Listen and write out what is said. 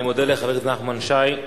אני מודה לחבר הכנסת נחמן שי.